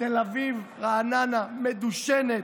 תל אביב-רעננה, מדושנת,